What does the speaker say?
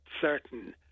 certain